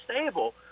stable